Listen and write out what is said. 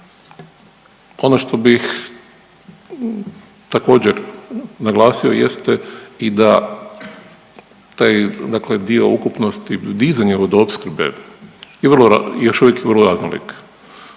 Ono što bih također naglasio jeste i da taj dakle dio ukupnosti dizanja vodoopskrbe je vrlo, još uvijek vrlo raznolik.